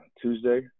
Tuesday